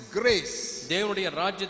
grace